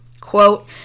quote